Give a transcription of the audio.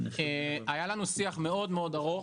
היה לנו שיח מאוד ארוך,